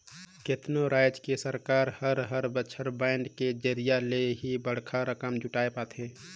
केतनो राज के सरकार हर हर बछर बांड के जरिया ले ही बड़खा रकम जुटाय पाथे